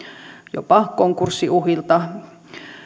jopa konkurssiuhilta